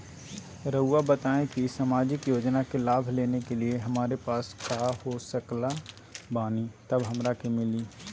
रहुआ बताएं कि सामाजिक योजना के लाभ लेने के लिए हमारे पास काका हो सकल बानी तब हमरा के मिली?